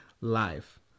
life